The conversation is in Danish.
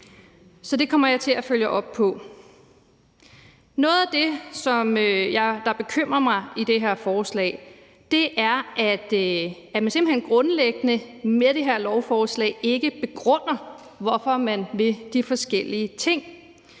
Noget af det, der bekymrer mig i det her forslag, er, at man simpelt hen grundlæggende med det her lovforslag ikke begrunder, hvorfor man vil gøre de forskellige ting.